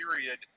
period